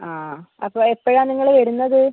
ആ അപ്പോൾ എപ്പോഴാണ് നിങ്ങൾ വരുന്നത്